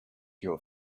your